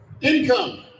income